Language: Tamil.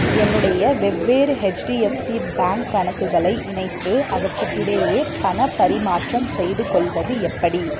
என்னுடைய வெவ்வேறு எச்டிஎஃப்சி பேங்க் கணக்குகளை இணைத்து அவற்றுக்கிடையே பணப் பரிமாற்றம் செய்து கொள்வது எப்படி